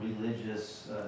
religious